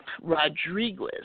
Rodriguez